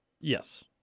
Yes